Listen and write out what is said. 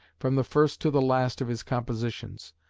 from the first to the last of his compositions.